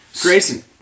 Grayson